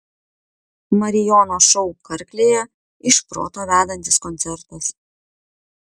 marijono šou karklėje iš proto vedantis koncertas